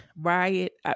Riot